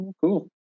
Cool